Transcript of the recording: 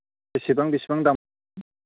बेसेबां बेसेबां दाम